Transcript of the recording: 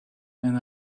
and